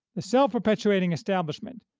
the self-perpetuating establishment,